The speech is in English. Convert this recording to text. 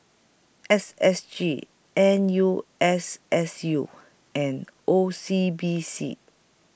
S S G N U S S U and O C B C